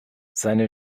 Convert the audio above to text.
seine